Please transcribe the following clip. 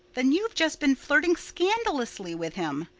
then you've just been flirting scandalously with him.